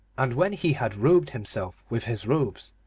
and when he had robed himself with his robes,